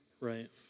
right